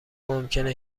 ممکنه